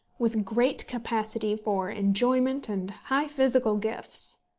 with great capacity for enjoyment and high physical gifts.